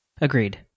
Agreed